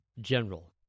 general